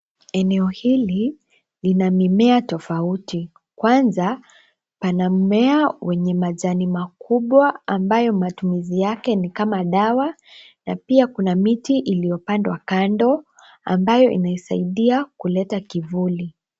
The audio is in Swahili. Eneo hili lina mimea tofauti. Kwanza, pana mmea wenye majani makubwa ambayo matumizi yake ni kama dawa na pia kuna miti iliyopandwa kando ambayo inaisaidia kuleta kivuli.